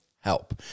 help